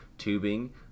Tubing